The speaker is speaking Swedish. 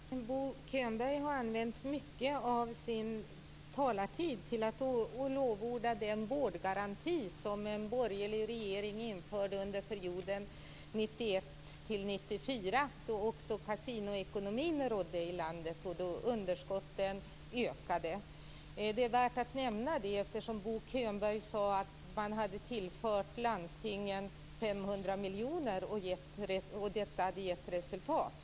Fru talman! Bo Könberg har använt mycket av sin talartid till att lovorda den vårdgaranti som den borgerliga regeringen införde under perioden 1991-1994 då också kasinoekonomin rådde i landet och då underskotten ökade. Det är värt att nämna detta, eftersom Bo Könberg sade att man hade tillfört landstingen 500 miljoner kronor och att detta hade gett resultat.